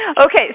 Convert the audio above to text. Okay